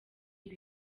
ibi